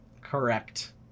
Correct